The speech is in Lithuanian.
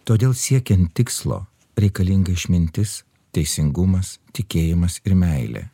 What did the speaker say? todėl siekiant tikslo reikalinga išmintis teisingumas tikėjimas ir meilė